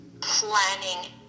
planning